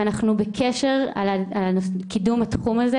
ואנחנו בקשר על קידום התחום הזה.